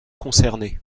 concernés